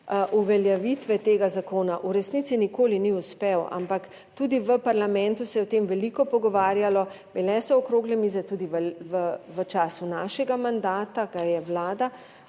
uveljavitve tega zakona, v resnici nikoli ni uspel, ampak tudi v parlamentu se je o tem veliko pogovarjalo, bile so okrogle mize, tudi v času našega mandata ga je Vlada